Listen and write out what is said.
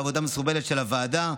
לעבודה מסורבלת של הוועדה,